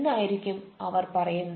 എന്നായിരിക്കും അവർ പറയുന്നത്